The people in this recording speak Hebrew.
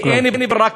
ואין ברירה,